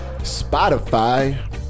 spotify